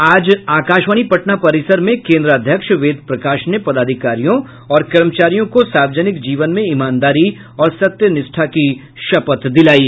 आज आकाशवाणी पटना परिसर में केन्द्राध्यक्ष वेद प्रकाश ने पदाधिकारियों और कर्मचारियों को सार्वजनिक जीवन में ईमानदारी और सत्यनिष्ठा की शपथ दिलायी